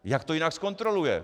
Jak to jinak zkontroluje?